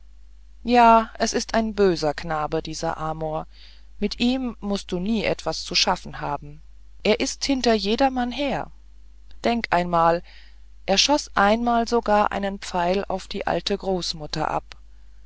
ja es ist ein böser knabe dieser amor mit ihm mußt du nie etwas zu schaffen haben er ist hinter jedermann her denk einmal er schoß sogar einmal einen pfeil auf die alte großmutter ab